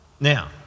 Now